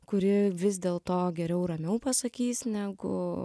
kuri vis dėl to geriau ramiau pasakys negu